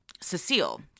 Cecile